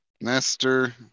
Master